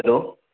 hello